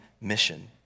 mission